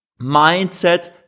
Mindset